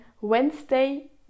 wednesday